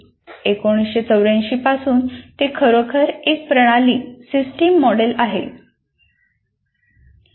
1984 पासून ते खरोखर एक प्रणाली मॉडेल आहे